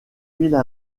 villes